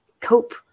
cope